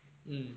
mm